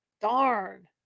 Darn